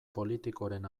politikoren